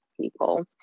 people